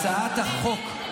הצעת החוק,